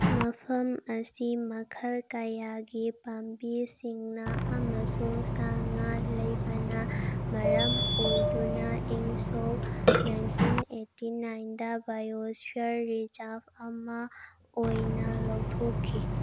ꯃꯐꯝ ꯑꯁꯤ ꯃꯈꯜ ꯀꯌꯥꯒꯤ ꯄꯥꯝꯕꯤꯁꯤꯡꯅ ꯑꯃꯁꯨꯡ ꯁꯥ ꯉꯥ ꯂꯩꯕꯅ ꯃꯔꯝ ꯑꯣꯏꯗꯨꯅ ꯏꯪ ꯁꯣꯛ ꯅꯥꯏꯟꯇꯤꯟ ꯑꯩꯠꯇꯤ ꯅꯥꯏꯟꯗ ꯕꯥꯏꯑꯣꯁꯐꯤꯌꯔ ꯔꯤꯖꯥꯔꯞ ꯑꯃ ꯑꯣꯏꯅ ꯂꯥꯎꯊꯣꯛꯈꯤ